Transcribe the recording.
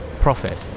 profit